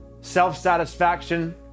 self-satisfaction